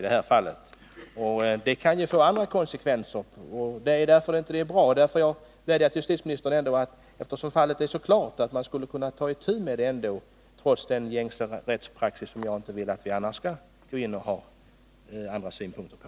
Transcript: Det kan också få andra konsekvenser, och det är inte bra. Jag vädjar till justitieministern att göra någonting, eftersom fallet är så klart att man skulle kunna ta itu med det trots gängse rättspraxis, som jag dock inte vill att vi annars skall ha andra synpunkter på.